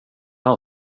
han